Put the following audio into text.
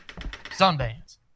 Sundance